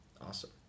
Awesome